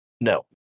No